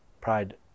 pride